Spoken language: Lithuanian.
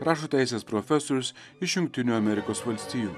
rašo teisės profesorius iš jungtinių amerikos valstijų